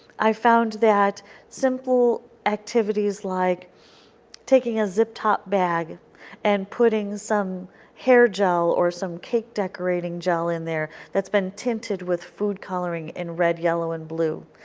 i found that simple activities like taking a zip top bag and putting some hair gel or some cake decorating gel in there that's been tinted with food coloring in red, yellow, and blue.